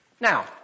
Now